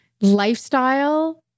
lifestyle